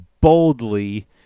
boldly